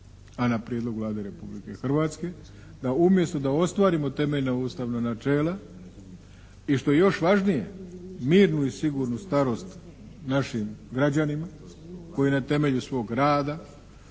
a na prijedlog Vlade Republike Hrvatske da umjesto da ostvarimo temeljna ustavna načela i što je još važnije mirnu i sigurnu starost našim građanima koji na temelju svog rada